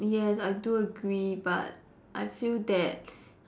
yes I do agree but I feel that